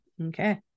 Okay